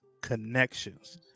connections